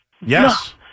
Yes